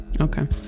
okay